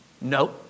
No